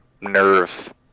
Nerve